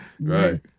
Right